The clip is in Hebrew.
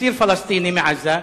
אסיר פלסטיני מעזה,